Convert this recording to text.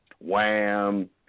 Wham